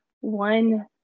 one